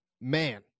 man